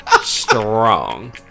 strong